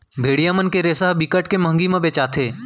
भेड़िया मन के रेसा ह बिकट के मंहगी म बेचाथे